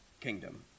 kingdom